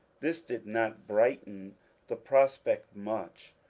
this did not brighten the pros pect much.